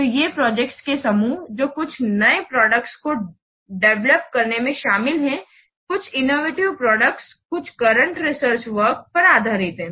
तो ये प्रोजेक्ट्स के समूह हैं जो कुछ नए प्रोडक्ट्स को डेवेलोप करने में शामिल हैं कुछ इनोवेटिव प्रोडक्ट कुछ करंट रिसर्च वर्क पर आधारित है